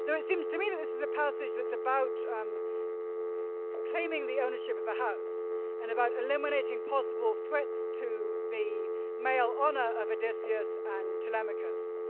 so it seems to me that this is a passage that's about um claiming the ownership of the house and about eliminating possible threats to the male honor of odysseus and telemachus.